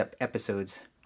episodes